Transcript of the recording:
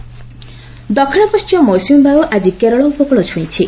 ମୌସୁମୀ ଦକ୍ଷିଣ ପଣ୍ଟିମ ମୌସୁମୀ ବାୟୁ ଆକି କେରଳ ଉପକ୍ଳ ଛୁଇଁଛି